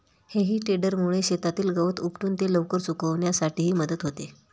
हेई टेडरमुळे शेतातील गवत उपटून ते लवकर सुकण्यासही मदत होते